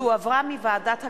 מאת חברי הכנסת